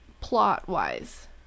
plot-wise